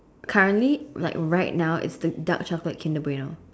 currently like right now is the dark chocolate kinder Bueno